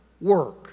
work